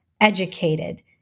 educated